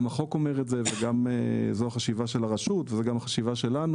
גם החוק אומר את זה וגם זו החשיבה של הרשות וזו גם החשיבה שלנו.